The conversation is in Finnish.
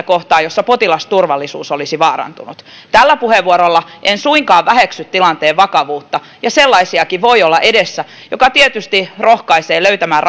kohtaa jossa potilasturvallisuus olisi vaarantunut tällä puheenvuorolla en suinkaan väheksy tilanteen vakavuutta ja sellaisiakin voi olla edessä mikä tietysti rohkaisee löytämään